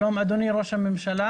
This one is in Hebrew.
שלום, אדוני ראש הממשלה.